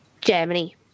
Germany